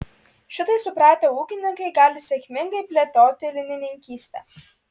šitai supratę ūkininkai gali sėkmingai plėtoti linininkystę